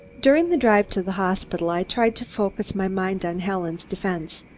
during the drive to the hospital, i tried to focus my mind on helen's defense,